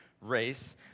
race